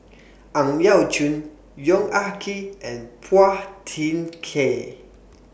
Ang Yau Choon Yong Ah Kee and Phua Thin Kiay